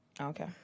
Okay